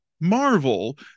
Marvel